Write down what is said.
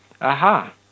Aha